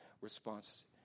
response